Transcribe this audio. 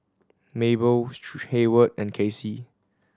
Mable Heyward and Kassie